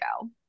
go